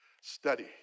Study